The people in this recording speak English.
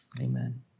amen